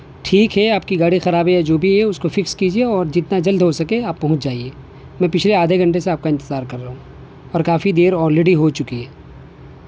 ٹھیک ہے آپ کی گاڑی خراب ہے یا جو بھی ہے اس کو فکس کیجیے اور جتنا جلد ہو سکے آپ پہنچ جائیے میں پچھلے آدھے گھنٹے سے آپ کا انتظار کر رہا ہوں اور کافی دیر آلریڈی ہو چکی ہے